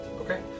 Okay